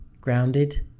grounded